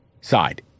side